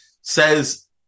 says